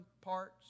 parts